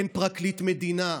אין פרקליט מדינה,